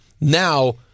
now